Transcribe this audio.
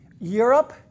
Europe